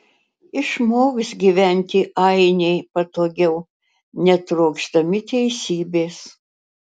išmoks gyventi ainiai patogiau netrokšdami teisybės